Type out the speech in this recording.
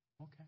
okay